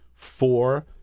Four